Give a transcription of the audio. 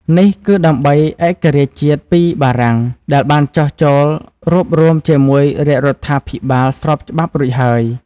នេះគឺដើម្បី ឯករាជ្យជាតិពីបារាំង ដែលបានចុះចូលរួបរួមជាមួយ រាជរដ្ឋា ភិបាលស្របច្បាប់រួចហើយ។